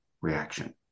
reaction